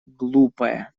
глупая